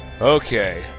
Okay